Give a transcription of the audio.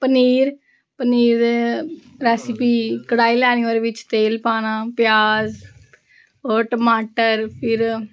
paneer paneer recipe कढाही लैनी उदे बिच तेल पाना प्याज और टमाटर फिर